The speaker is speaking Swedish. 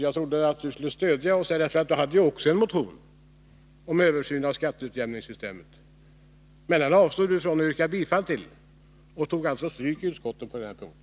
Jag trodde att Rolf Rämgård skulle stödja oss, för han hade också en motion om översyn av skatteutjämningssystemet. Men Rolf Rämgård avstod från att yrka bifall till den och tog alltså stryk i utskottet på den punkten.